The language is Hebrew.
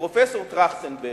לפרופסור טרכטנברג,